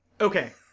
okay